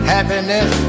Happiness